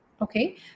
Okay